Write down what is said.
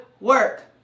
work